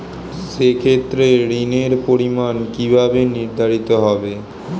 সে ক্ষেত্রে ঋণের পরিমাণ কিভাবে নির্ধারিত হবে?